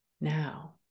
Now